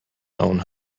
own